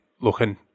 looking